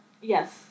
Yes